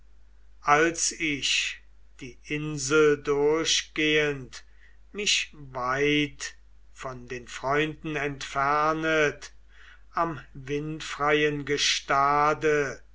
als ich die insel durchgehend mich weit von den freunden entfernet am windfreien gestade